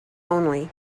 only